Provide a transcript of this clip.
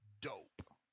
Dope